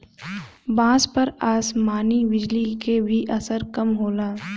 बांस पर आसमानी बिजली क भी असर कम होला